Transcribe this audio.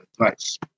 advice